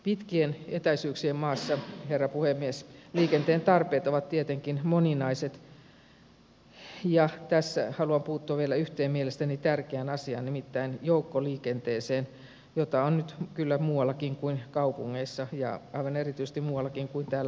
pitkien etäisyyksien maassa herra puhemies liikenteen tarpeet ovat tietenkin moninaiset ja tässä haluan puuttua vielä yhteen mielestäni tärkeään asiaan nimittäin joukkoliikenteeseen jota on nyt kyllä muuallakin kuin kaupungeissa ja aivan erityisesti muuallakin kuin täällä pääkaupunkiseudulla